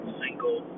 single